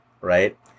right